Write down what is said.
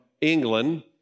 England